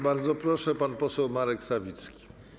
Bardzo proszę, pan poseł Marek Sawicki.